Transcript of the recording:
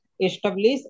establish